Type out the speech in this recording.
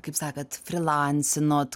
kaip sakant frylancinot